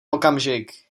okamžik